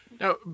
Now